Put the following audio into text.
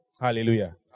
Hallelujah